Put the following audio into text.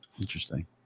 interesting